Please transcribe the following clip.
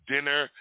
dinner